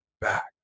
back